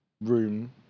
room